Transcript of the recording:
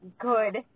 good